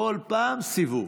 כל פעם סיבוב.